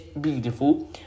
beautiful